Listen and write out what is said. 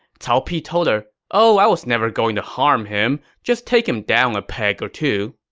cao pi told her, oh i was never going to harm him just take him down a peg or two.